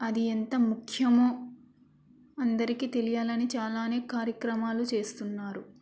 అది ఎంత ముఖ్యమో అందరికీ తెలియాలని చాలానే కార్యక్రమాలు చేస్తున్నారు